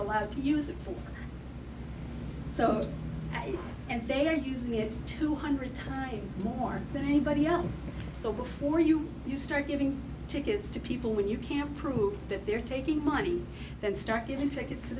allowed to use it so and they are using it two hundred more than anybody else so before you you start giving tickets to people when you can't prove that they're taking money and start giving tickets to